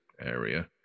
area